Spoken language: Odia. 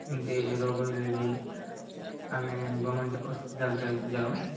ଏମିତି ରୋଗ ହେଲେ ବି ଆମେ ଗମେଣ୍ଟ ହସ୍ପିଟାଲରେ ଯାଉ